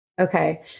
Okay